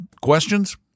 questions